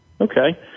Okay